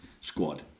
squad